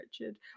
Richard